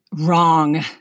wrong